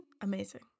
amazing